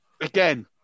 again